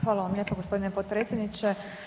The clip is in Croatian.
Hvala vam lijepo gospodine potpredsjedniče.